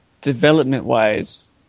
development-wise